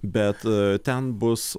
bet ten bus